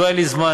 אילו היה לי זמן,